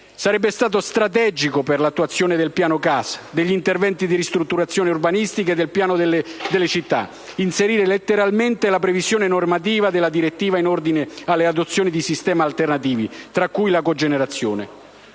Sarebbe stato strategico per l'attuazione del piano casa, degli interventi di ristrutturazione urbanistica e del piano per le città inserire letteralmente la previsione normativa della direttiva in ordine all'adozione di sistemi alternativi, tra cui la cogenerazione.